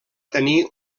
tenir